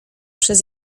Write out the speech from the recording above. przez